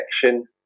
section